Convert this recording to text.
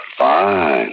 fine